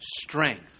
strength